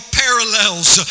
parallels